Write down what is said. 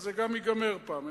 זה גם ייגמר פעם,